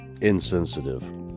insensitive